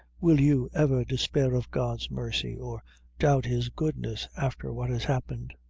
will you ever despair of god's mercy, or doubt his goodness, after what has happened?